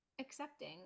accepting